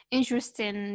interesting